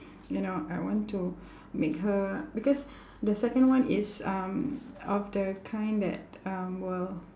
you know I want to make her because the second one is um of the kind that um will